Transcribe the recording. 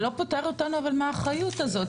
אבל זה לא פוטר אותנו מהאחריות הזאת,